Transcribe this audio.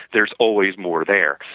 there is always more there.